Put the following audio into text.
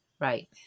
Right